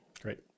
Great